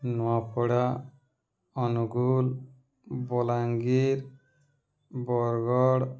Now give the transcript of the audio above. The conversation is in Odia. ନୂଆପଡ଼ା ଅନୁଗୁଳ ବଲାଙ୍ଗୀର ବରଗଡ଼